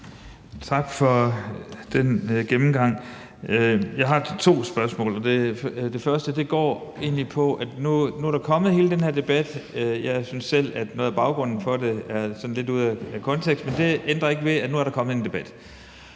Tak for den gennemgang. Jeg har to spørgsmål, og det første går på, at nu er der kommet hele den her debat, og jeg synes selv, at noget af baggrunden for den er sådan lidt ude af kontekst, men det ændrer ikke ved, at der nu er kommet en debat.